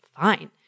fine